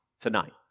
tonight